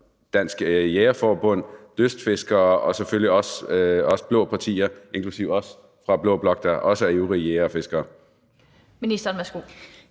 Danmarks Jægerforbund, lystfiskere og selvfølgelig også os blå partier, inklusive os fra blå blok, der også er ivrige jægere og fiskere. Kl.